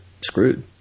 screwed